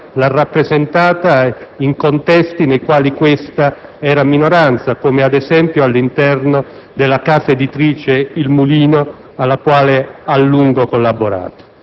l'ha rappresentata in contesti nei quali questa era minoranza, come, ad esempio, all'interno della casa editrice «Il Mulino», che ha contribuito